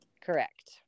Correct